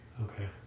Okay